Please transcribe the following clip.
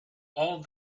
all